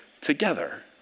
together